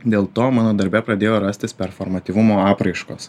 dėl to mano darbe pradėjo rastis performatyvumo apraiškos